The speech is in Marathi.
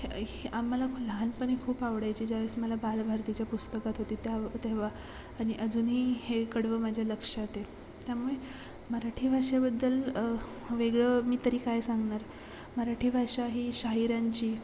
हे ही आम्हाला लहानपणी खूप आवडायची ज्या वेळेस मला बालभारतीच्या पुस्तकात होती त्या तेव्हा आणि अजूनही हे कडवं माझ्या लक्षात आहे त्यामुळे मराठी भाषेबद्दल वेगळं मी तरी काय सांगणार मराठी भाषा ही शाहिरांची